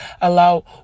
Allow